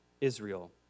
Israel